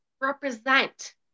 represent